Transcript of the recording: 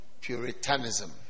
Puritanism